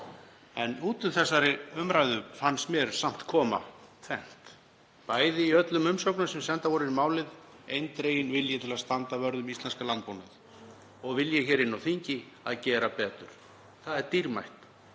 en út úr þeirri umræðu fannst mér samt koma tvennt, einnig í öllum umsögnum sem sendar voru inn um málið; eindreginn vilji til að standa vörð um íslenskan landbúnað og vilji hér inni á þingi að gera betur. Það er dýrmætt.